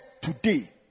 today